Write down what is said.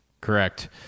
correct